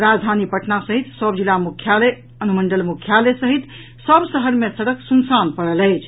राजधानी पटना सहित सभ जिला मुख्यालय अनुमंडल मुख्यालय सहित सभ शहर मे सड़क सुनसान देखल जा रहल अछि